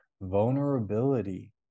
vulnerability